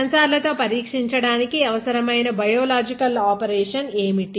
సెన్సార్లతో పరీక్షించడానికి అవసరమైన బయోలాజికల్ ఆపరేషన్ ఏమిటి